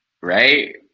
right